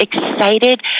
excited